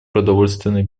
продовольственной